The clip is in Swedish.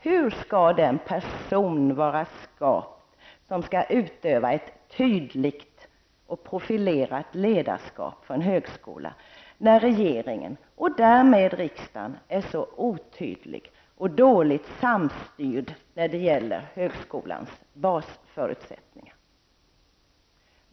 Hur skall den person vara skapt som skall utöva ett tydligt och profilerat ledarskap för en högskola, när regeringen och därmed riksdagen är så otydlig och dåligt samstyrd när det gäller högskolans basförutsättning?